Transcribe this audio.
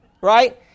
Right